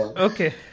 Okay